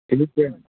ठीक है